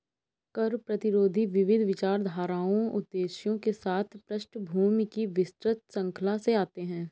कर प्रतिरोधी विविध विचारधाराओं उद्देश्यों के साथ पृष्ठभूमि की विस्तृत श्रृंखला से आते है